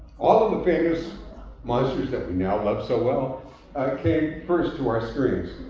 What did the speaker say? all of the famous monsters that we now love so well came first to our screens.